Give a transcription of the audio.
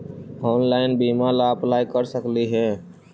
Online बीमा ला apply कर सकली हे?